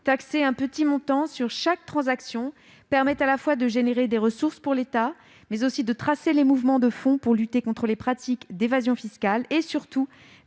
Taxer un petit montant sur chaque transaction permet à la fois de générer des ressources pour l'État, mais aussi de tracer les mouvements de fonds pour lutter contre les pratiques d'évasion fiscale, et surtout